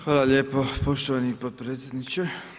Hvala lijepo poštovani potpredsjedniče.